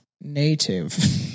native